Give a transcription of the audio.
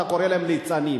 שאתה קורא להם "ליצנים".